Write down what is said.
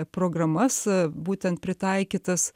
programas būtent pritaikytas